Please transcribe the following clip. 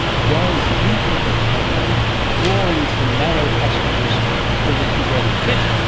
going deep into a cave, crawling through narrow passages through which you barely fit,